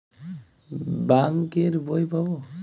Bank এর বই পাবো?